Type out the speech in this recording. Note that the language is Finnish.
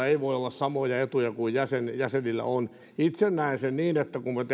ei voi olla samoja etuja kuin jäsenillä jäsenillä on itse näen sen niin että kun kun